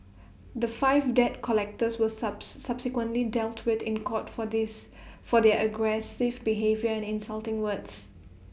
the five debt collectors were subsequently dealt with in court for this for their aggressive behaviour and insulting words